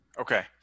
Okay